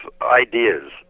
ideas